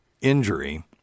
injury